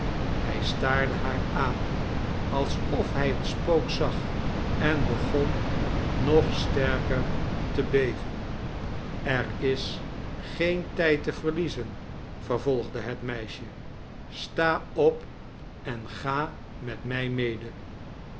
hij staarde haar aan alsof hij een spook zag en begon nog sterker te beven er is geen tijd te verliezen vervolgde het meisje sta op en ga met mij mede